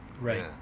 right